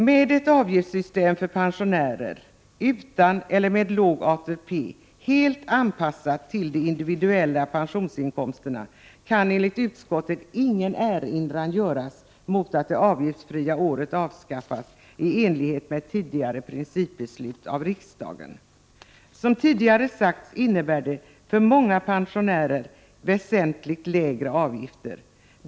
Med ett avgiftssystem för pensionärer utan ATP eller med låg ATP, helt anpassat till de individuella pensionsinkomsterna, kan enligt utskottet ingen erinran göras mot att det avgiftsfria året avskaffas i enlighet med tidigare principbeslut av riksdagen. Som redan sagts innebär det för många pensionärer väsentligt lägre avgifter.